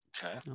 Okay